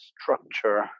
structure